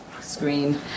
screen